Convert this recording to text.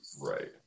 Right